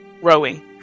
rowing